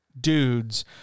dudes